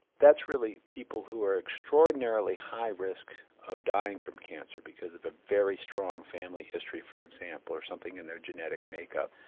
that's really people who are extraordinarily high risk of dying from cancer because of a very strong family history for example, or something in their genetic makeup,